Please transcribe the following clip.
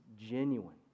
genuine